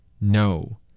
no